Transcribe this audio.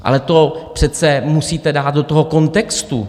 Ale to přece musíte dát do toho kontextu.